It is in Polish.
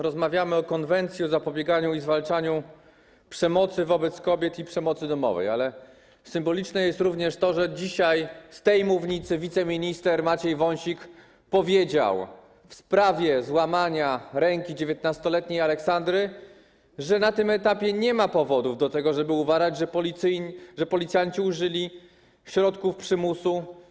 Rozmawiamy o konwencji o zapobieganiu i zwalczaniu przemocy wobec kobiet i przemocy domowej, ale symboliczne jest również to, że dzisiaj z tej mównicy wiceminister Maciej Wąsik powiedział w sprawie złamania ręki 19-letniej Aleksandry, że na tym etapie nie ma powodów do tego, żeby uważać, że policjanci bezprawnie użyli środków przymusu.